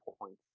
points